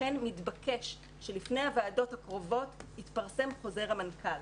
לכן מתבקש שלפני הוועדות הקרובות יתפרסם חוזר המנכ"ל.